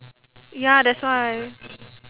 ya that's why